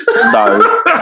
No